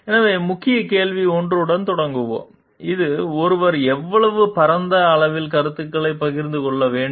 எனவே முக்கிய கேள்வி 1 உடன் தொடங்குவோம் இது ஒருவர் எவ்வளவு பரந்த அளவில் கருத்துக்களைப் பகிர்ந்து கொள்ள வேண்டும்